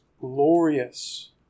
glorious